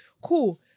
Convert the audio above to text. Cool